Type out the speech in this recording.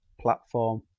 platform